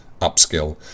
upskill